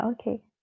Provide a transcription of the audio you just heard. okay